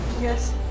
Yes